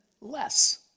less